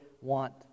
want